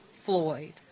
Floyd